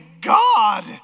god